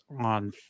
on